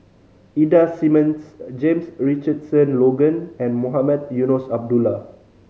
Ida Simmons James Richardson Logan and Mohamed Eunos Abdullah